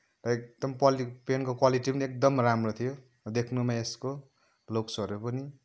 एकदम क्वालिट पेनको क्वालिटी पनि एकदम राम्रो थियो देख्नमा यसको लुक्सहरू पनि